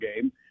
game